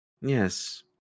Yes